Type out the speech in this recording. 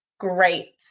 Great